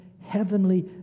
heavenly